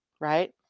right